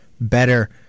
better